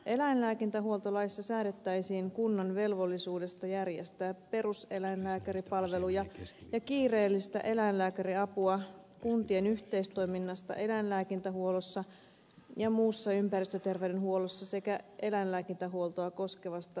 eläinlääkintähuoltolaissa säädettäisiin kunnan velvollisuudesta järjestää peruseläinlääkäripalveluja ja kiireellistä eläinlääkäriapua kun tien yhteistoiminnasta eläinlääkintähuollossa ja muussa ympäristöterveydenhuollossa sekä eläinlääkintähuoltoa koskevasta suunnitteluvelvollisuudesta